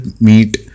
meet